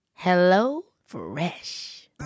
HelloFresh